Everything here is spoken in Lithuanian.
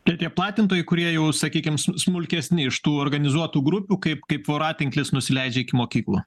tai tie platintojai kurie jau sakykim smulkesni iš tų organizuotų grupių kaip kaip voratinklis nusileidžia iki mokyklų